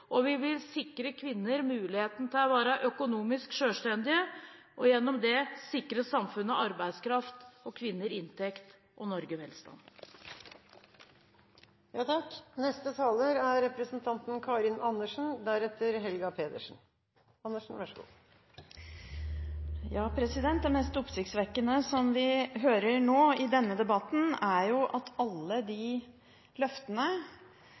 Vi vil sikre kvinner muligheten til å være økonomisk selvstendige, og gjennom det sikre samfunnet arbeidskraft, kvinner inntekt og Norge velstand. Det mest oppsiktsvekkende som vi hører nå i denne debatten, er at alle de løftene som nåværende regjeringspartier ga når det gjelder f.eks. barnehager og løpende opptak, er forduftet som dugg for solen. Det er vel det som er de